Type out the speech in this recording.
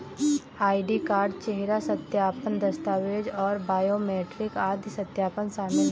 ID card, चेहरा सत्यापन, दस्तावेज़ और बायोमेट्रिक आदि सत्यापन शामिल हैं